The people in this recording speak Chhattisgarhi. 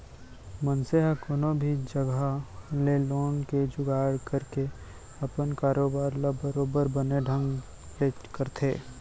मनसे ह कोनो भी जघा ले लोन के जुगाड़ करके अपन कारोबार ल बरोबर बने ढंग ले करथे